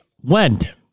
went